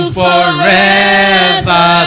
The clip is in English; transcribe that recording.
forever